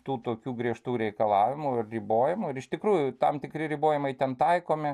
tų tokių griežtų reikalavimų ribojimų ir iš tikrųjų tam tikri ribojimai ten taikomi